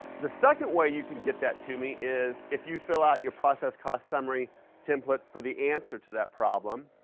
the second way you can get that to me is if you fill out your process cost summary template for the answer to that problem.